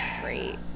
Great